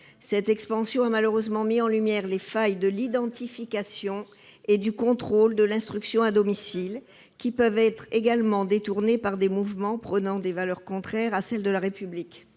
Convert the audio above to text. Cette expansion a malheureusement mis en lumière les failles de l'identification et du contrôle de l'instruction à domicile, qui peuvent également être détournés par des mouvements prônant des valeurs contraires à celles de la République.